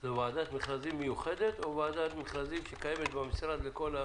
זו ועדת מכרזים מיוחדת או ועדת מכרזים שקיימת במשרד?